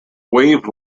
wave